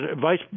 vice